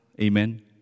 amen